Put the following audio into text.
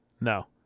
No